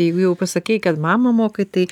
jeigu jau pasakei kad mamą mokai tai